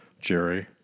Jerry